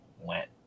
went